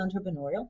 entrepreneurial